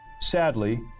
Sadly